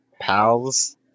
pals